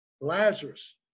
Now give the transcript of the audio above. Lazarus